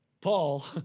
Paul